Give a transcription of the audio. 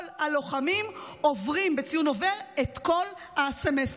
הלוחמים עוברים בציון עובר את כל הסמסטר.